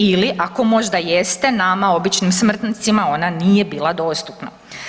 Ili, ako možda jeste, nama običnim smrtnicima ona nije bila dostupna.